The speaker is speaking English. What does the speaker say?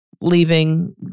leaving